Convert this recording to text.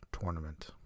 tournament